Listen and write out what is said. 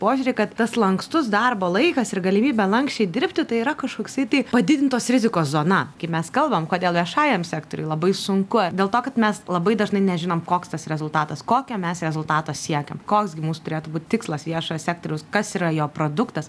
požiūrį kad tas lankstus darbo laikas ir galimybė lanksčiai dirbti tai yra kažkoksai tai padidintos rizikos zona kai mes kalbam kodėl viešajam sektoriui labai sunku dėl to kad mes labai dažnai nežinom koks tas rezultatas kokio mes rezultato siekiam koks gi mūsų turėtų būt tikslas viešojo sektoriaus kas yra jo produktas